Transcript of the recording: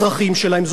זאת אומרת